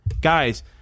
Guys